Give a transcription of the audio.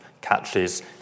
catches